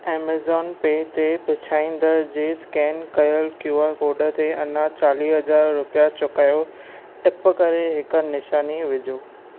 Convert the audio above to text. Amazon पे ते पिछाइंदड़ जे स्कैन कयल क्यू आर कोडु ते अञां चालीह हज़ार रुपिया चुकायो टिप करे हिकु निशानी विझो